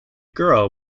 girl